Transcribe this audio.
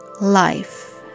life